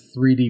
3D